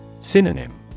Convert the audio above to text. Synonym